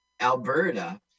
Alberta